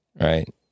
right